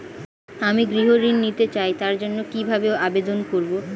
আমি গৃহ ঋণ নিতে চাই তার জন্য কিভাবে আবেদন করব?